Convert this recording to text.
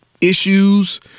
issues